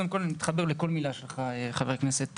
קודם כל אני מתחבר לכל מילה שלך חבר הכנסת טל.